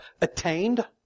attained